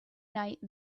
night